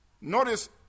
notice